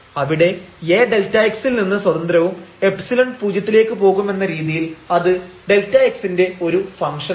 അവിടെ A Δx ൽ നിന്ന് സ്വതന്ത്രവും എപ്സിലൺ പൂജ്യത്തിലേക്ക് പോകുമെന്ന രീതിയിൽ അത് Δx ന്റെ ഒരു ഫംഗ്ഷൻ ആണ്